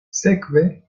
sekve